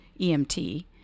EMT